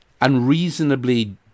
unreasonably